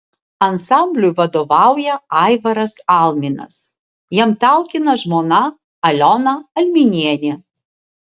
ansambliui vadovauja aivaras alminas jam talkina žmona aliona alminienė